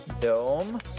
Dome